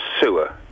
sewer